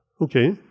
Okay